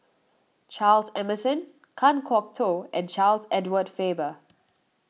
Charles Emmerson Kan Kwok Toh and Charles Edward Faber